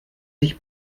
sich